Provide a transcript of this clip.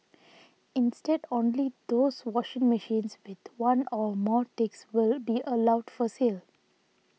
instead only those washing machines with one or more ticks will be allowed for sale